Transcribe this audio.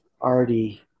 already